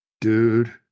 dude